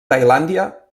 tailàndia